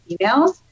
emails